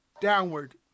Downward